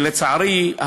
ולצערי,